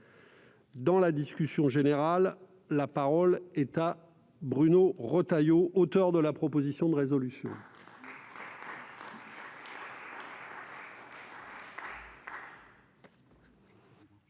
Dans la discussion générale, la parole est à M. Bruno Retailleau, auteur de la proposition de résolution.